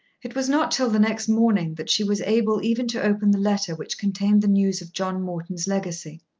it was not till the next morning that she was able even to open the letter which contained the news of john morton's legacy.